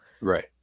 Right